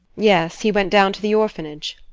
yes he went down to the orphanage.